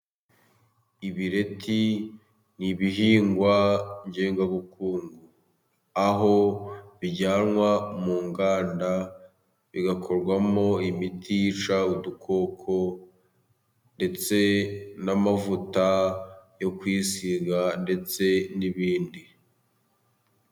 Ibireti ni ibihingwa ngengabuku, aho bijyanwa mu nganda, bigakorwamo imiti yica udukoko, ndetse n'amavuta yo kwisiga, ndetse n'ibindi.